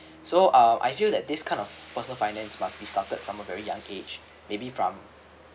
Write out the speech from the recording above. so um I feel that this kind of personal finance must be started from a very young age maybe from